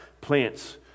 Plants